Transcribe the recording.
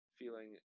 feeling